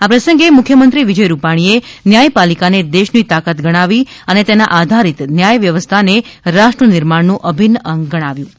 આ પ્રસંગે મુખ્યમંત્રી વિજય રૂપાણીએ ન્યાયપાલિકાને દેશની તાકાત ગણાવી અને તેના આધારિત ન્યાય વ્યવસ્થાને રાષ્ટ્રનિર્માણનું અભિન્ન અંગ ગણાવી હતી